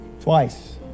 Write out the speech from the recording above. twice